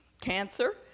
cancer